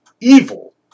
evil